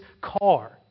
car